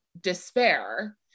despair